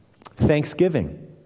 Thanksgiving